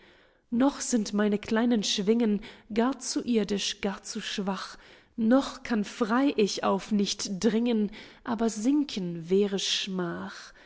noch sind meine kleinen schwingen gar zu irdisch gar zu schwach noch kann frei ich auf nicht dringen aber sinken wäre schmach